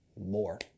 more